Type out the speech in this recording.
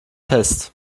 fest